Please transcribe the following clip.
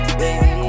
baby